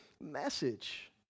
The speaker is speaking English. message